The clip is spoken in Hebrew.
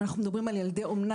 אם אנחנו מדברים על ילדי אומנה,